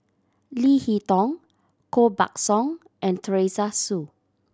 Leo Hee Tong Koh Buck Song and Teresa Hsu